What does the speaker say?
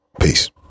Peace